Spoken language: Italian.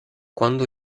quando